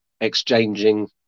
exchanging